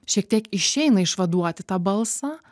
šiek tiek išeina išvaduoti tą balsą